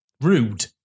Rude